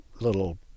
little